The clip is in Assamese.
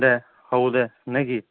দে হ'ব দে নে কি